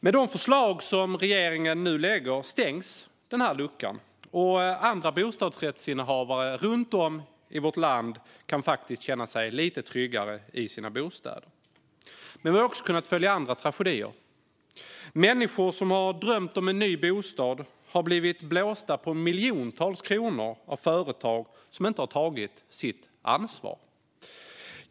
Med de förslag som regeringen nu lägger fram stängs denna lucka, och andra bostadsrättsinnehavare runt om i landet kan känna sig lite tryggare i sina bostäder. Men vi har också kunnat följa andra tragedier. Människor som har drömt om en ny bostad har blivit blåsta på miljontals kronor av företag som inte har tagit sitt ansvar.